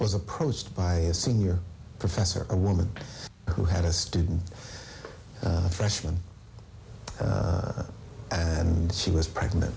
was approached by a senior professor a woman who had a student freshman and she was pregnant